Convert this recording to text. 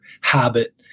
habit